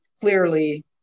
clearly